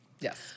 Yes